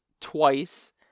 twice